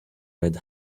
red